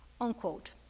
unquote